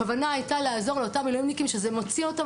הכוונה הייתה לעזור למילואימניקים שזה מוציא אותם